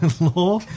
law